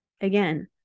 Again